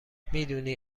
میدونی